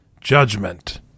judgment